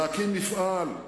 להקים מפעל,